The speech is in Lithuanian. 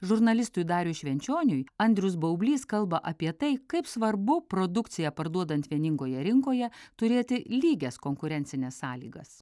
žurnalistui dariui švenčioniui andrius baublys kalba apie tai kaip svarbu produkciją parduodant vieningoje rinkoje turėti lygias konkurencines sąlygas